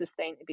sustainability